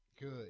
good